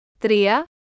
tria